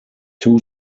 two